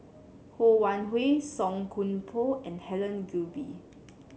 Ho Wan Hui Song Koon Poh and Helen Gilbey